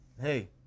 hey